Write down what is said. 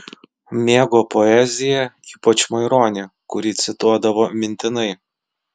mėgo poeziją ypač maironį kurį cituodavo mintinai